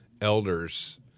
elders